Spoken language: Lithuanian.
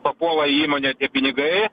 papuola į įmonę tie pinigai